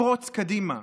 לפרוץ קדימה.